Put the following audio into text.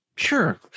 Sure